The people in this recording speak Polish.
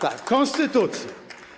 Tak, konstytucja.